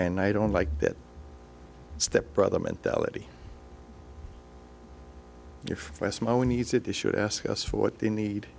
and i don't like that step brother mentality if i smile when he said they should ask us for what they need